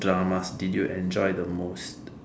dramas did you enjoy the most